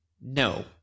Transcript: No